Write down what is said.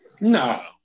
No